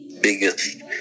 biggest